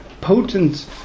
potent